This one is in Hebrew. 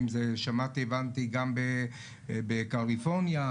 הבנתי שזה קורה בקליפורניה,